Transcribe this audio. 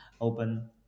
open